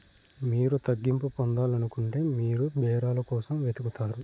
మీరు తగ్గింపు పొందాలనుకుంటే మీరు బేరాల కోసం వెతుకుతారు